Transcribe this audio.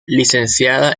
licenciada